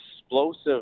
explosive